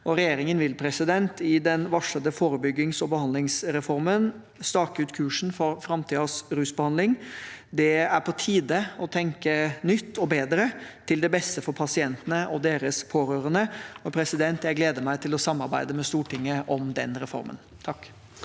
Regjeringen vil i den varslede forebyggings- og behandlingsreformen stake ut kursen for framtidens rusbehandling. Det er på tide å tenke nytt og bedre til beste for pasientene og deres pårørende. Jeg gleder meg til å samarbeide med Stortinget om den reformen. Nils